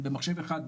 במחשב אחד,